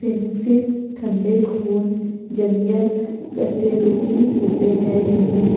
finfish ठंडे खून जलीय कशेरुकी होते हैं जिनमें